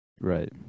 right